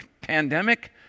pandemic